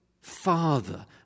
Father